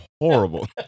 horrible